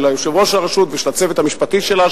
של יושב-ראש הרשות ושל הצוות המשפטי שלה,